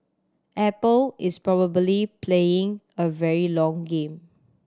apple is probably playing a very long game